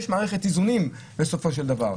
יש מערכת איזונים בסופו של דבר,